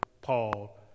Paul